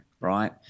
right